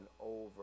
over